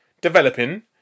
developing